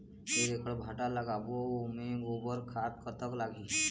एक एकड़ भांटा लगाबो ओमे गोबर खाद कतक लगही?